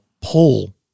pull